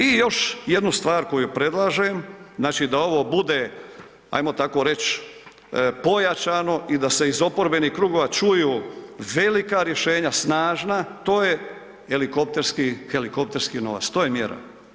I još jednu stvar koju predlažem, znači da ovo bude ajmo tako reć pojačano i da se iz oporbenih krugova čuju velika rješenja, snažna, to je helikopterski novac to je mjera.